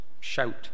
shout